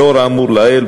לאור האמור לעיל,